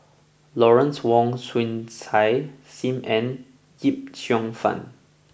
Lawrence Wong Shyun Tsai Sim Ann Yip Cheong Fun